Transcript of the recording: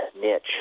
niche